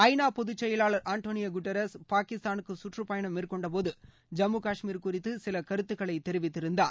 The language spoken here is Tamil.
ஐ நா பொதுச் செயலாளர் ஆண்டோனிய குட்ரஸ் பாகிஸ்தானுக்கு கற்றுப்பயணம் மேற்கொண்டபோது ஜம்மு கஷ்மீர் குறித்து சில கருத்துக்களை தெரிவித்திருந்தார்